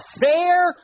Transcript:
fair